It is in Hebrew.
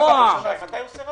אאפשר לך לשאול שאלה.